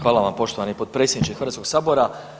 Hvala vam poštovani potpredsjedniče Hrvatskog sabora.